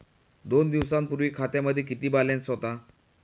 दोन दिवसांपूर्वी खात्यामध्ये किती बॅलन्स होता?